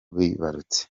bibarutse